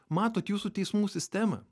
matot jūsų teismų sistem